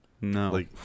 No